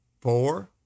four